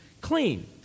clean